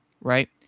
right